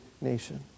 nation